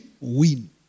win